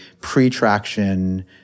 pre-traction